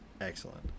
excellent